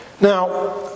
Now